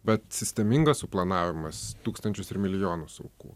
bet sistemingas suplanavimas tūkstančius ir milijonus aukų